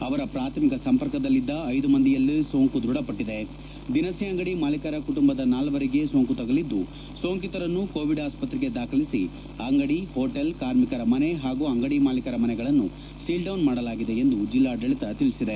ಇವರ ಪ್ರಾಥಮಿಕ ಸಂಪರ್ಕದಲ್ಲಿದ್ದ ಐದು ಮಂದಿಯಲ್ಲೂ ಸೋಂಕು ದೃಢಪಟ್ಟಿದೆ ದಿನಸಿ ಅಂಗಡಿ ಮಾಲೀಕರ ಕುಟುಂಬದ ನಾಲ್ವರಿಗೆ ಸೋಂಕು ತಗುಲಿದ್ದು ಸೋಂಕಿತರನ್ನು ಕೋವಿಡ್ ಆಸ್ಪತ್ರೆಗೆ ದಾಖಲಿಸಿ ಅಂಗಡಿ ಹೋಟೆಲ್ ಕಾರ್ಮಿಕರ ಮನೆ ಹಾಗೂ ಅಂಗಡಿ ಮಾಲೀಕರ ಮನೆಗಳನ್ನು ಸೀಲ್ಡೌನ್ ಮಾಡಲಾಗಿದೆ ಎಂದು ಜಿಲ್ಲಾಡಳಿತ ತಿಳಿಸಿದೆ